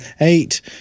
eight